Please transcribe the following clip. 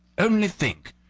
only think!